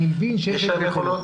יש להם יכולות?